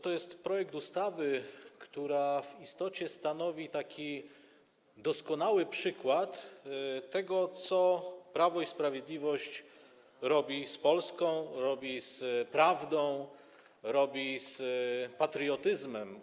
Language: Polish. To jest projekt ustawy, która w istocie stanowi doskonały przykład tego, co Prawo i Sprawiedliwość robi z Polską, robi z prawdą, robi z patriotyzmem.